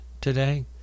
today